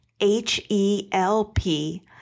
H-E-L-P